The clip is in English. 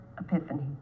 epiphany